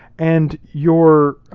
and your